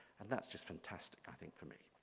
and that's just fantastic i think for me.